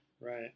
Right